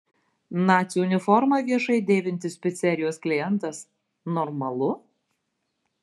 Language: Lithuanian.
nacių uniformą viešai dėvintis picerijos klientas normalu